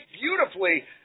beautifully